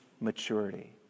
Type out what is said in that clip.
maturity